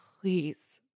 Please